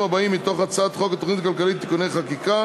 הבאים מתוך הצעת חוק התוכנית הכלכלית (תיקוני חקיקה